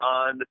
on